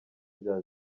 rya